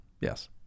yes